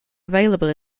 available